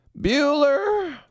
Bueller